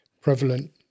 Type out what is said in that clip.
prevalent